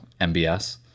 MBS